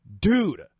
dude